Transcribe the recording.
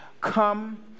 come